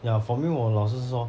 ya for me 我老师是说